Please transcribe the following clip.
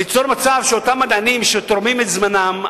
ליצור מצב שאותם מדענים שתורמים את זמנם,